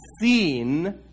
seen